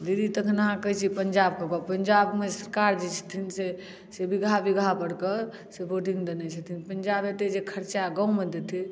दीदी तखन अहाँ कहैत छी पंजाबके गप पंजाबमे सरकार जे छथिन से से बीघा बीघापर कऽ से बोडिंग देने छथिन पंजाब एतेक खर्चा जे गाममे देथिन